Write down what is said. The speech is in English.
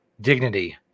dignity